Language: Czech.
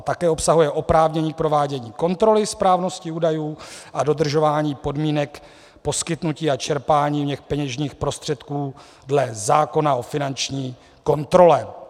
Také obsahuje oprávnění k provádění kontroly správnosti údajů a dodržování podmínek poskytnutí a čerpání peněžních prostředků dle zákona o finanční kontrole.